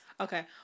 Okay